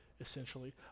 essentially